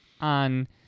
on